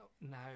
no